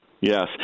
Yes